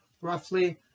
roughly